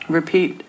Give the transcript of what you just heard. Repeat